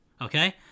Okay